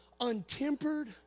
Untempered